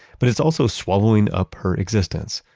but it's also swallowing up her existence.